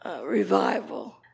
revival